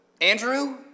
Andrew